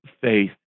faith